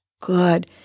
Good